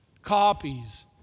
copies